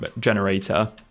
generator